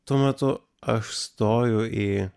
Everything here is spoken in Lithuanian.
tuo metu aš stoju į